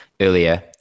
earlier